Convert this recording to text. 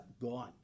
gone